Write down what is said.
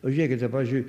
pažiūrėkite pavyzdžiui